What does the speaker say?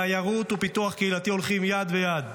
תיירות ופיתוח קהילתי הולכים יד ביד.